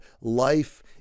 Life